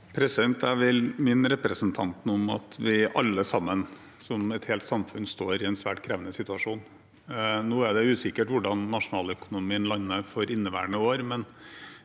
Jeg vil minne representanten om at vi alle sammen, som et helt samfunn, står i en svært krevende situasjon. Nå er det usikkert hvordan nasjonaløkonomien lander for inneværende år,